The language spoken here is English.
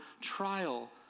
trial